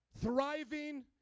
thriving